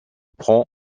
prend